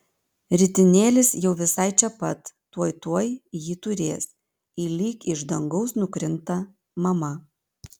ritinėlis jau visai čia pat tuoj tuoj jį turės ir lyg iš dangaus nukrinta mama